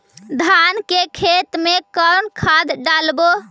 धान के खेत में कौन खाद डालबै?